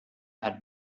had